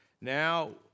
Now